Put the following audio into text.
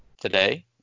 today